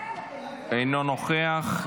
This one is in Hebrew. אינו נוכח,